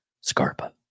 Scarpa